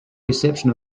reception